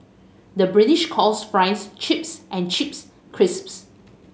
the British calls fries chips and chips crisps